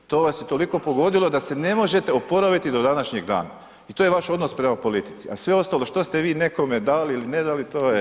To vas je toliko pogodilo da se ne možete oporaviti do današnjeg dana i to je vaš odnos prema politici, a sve ostalo što ste vi nekome dali ili ne dali, to je